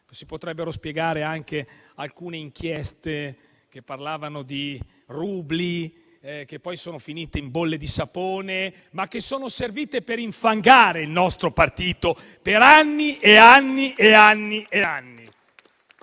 si potrebbero spiegare anche alcune inchieste che parlavano di rubli e che poi sono finite in bolle di sapone, ma che sono servite per infangare il nostro partito per anni e anni,